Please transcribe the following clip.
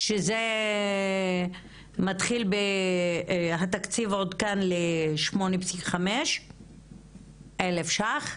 זה מתחיל ב"התקציב עודכן ל-8.5 אלש"ח"?